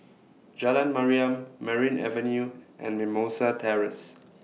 Jalan Mariam Merryn Avenue and Mimosa Terrace